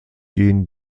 gehen